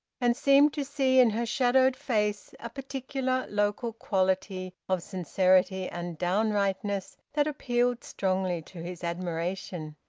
and seemed to see in her shadowed face a particular local quality of sincerity and downrightness that appealed strongly to his admiration.